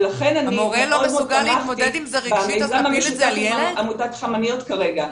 ולכן אני מאוד תמכתי במיזם המשותף עם עמותת "חמניות" כרגע.